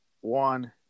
One